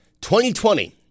2020